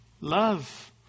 Love